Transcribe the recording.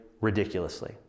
ridiculously